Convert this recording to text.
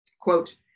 Quote